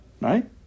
Right